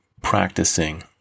practicing